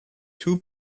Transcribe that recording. two